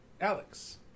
Alex